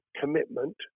commitment